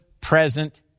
present